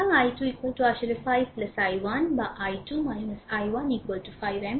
সুতরাং i2 আসলে 5 i1 বা i2 i1 5 অ্যাম্পিয়ার